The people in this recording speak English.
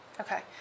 Okay